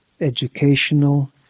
educational